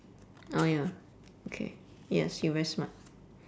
oh ya okay yes you very smart